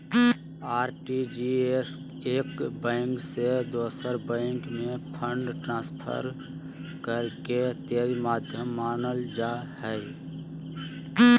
RTGS एक bank से दोसर बैंक में फंड ट्रांसफर करे के तेज माध्यम मानल जा हय